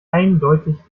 eindeutig